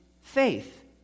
faith